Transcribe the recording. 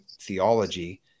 theology